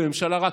אבל הממשלה רעה,